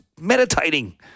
meditating